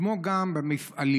כמו גם במפעלים.